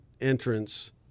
entrance